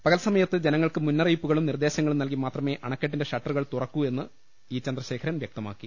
പകൽ സമയത്ത് ജന ങ്ങൾക്ക് മുന്നറിയിപ്പുകളും നിർദേശങ്ങളും നൽകി മാത്രമേ അണ ക്കെട്ടിന്റെ ഷട്ടറുകൾ തുറക്കൂഎന്ന് ഇ ചന്ദ്രശേഖരൻ വ്യക്തമാ ക്കി